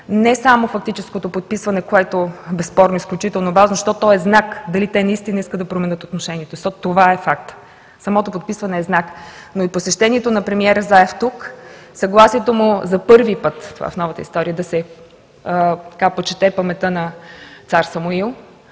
не само фактическото подписване, което, безспорно, е изключително важно, защото то е знак дали те наистина искат да променят отношението си – това е фактът. Самото подписване е знак. Но и посещението на премиера Заев тук, съгласието му за първи път в новата история да се почете паметта на цар Самуил